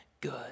good